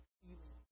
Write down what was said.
feeling